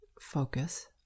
focus